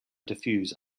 diffuse